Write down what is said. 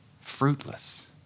Fruitless